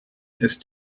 ist